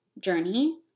journey